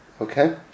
Okay